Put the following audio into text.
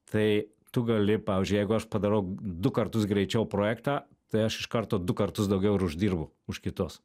tai tu gali pavyzdžiui jeigu aš padarau du kartus greičiau projektą tai aš iš karto du kartus daugiau ir uždirbu už kitus